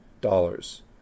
dollars